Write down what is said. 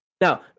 now